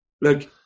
look